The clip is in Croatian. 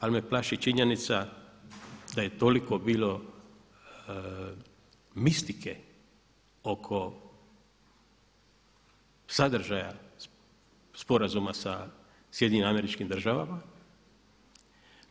Ali me plaši činjenica da je toliko bilo mistike oko sadržaja sporazuma sa SAD-om.